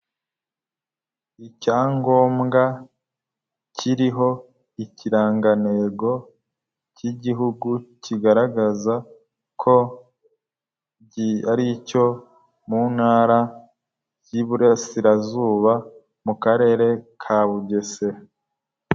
Icyangombwa kiriho ikirangantego cy'igihugu kigaragaza ko ari icyo mu ntara y'Iburasirazuba mu karere ka Bugesera.